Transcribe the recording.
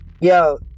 yo